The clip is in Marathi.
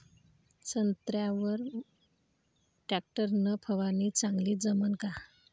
संत्र्यावर वर टॅक्टर न फवारनी चांगली जमन का?